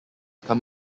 come